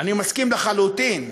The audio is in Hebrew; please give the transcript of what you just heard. אני מסכים לחלוטין.